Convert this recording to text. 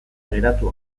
geratu